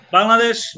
Bangladesh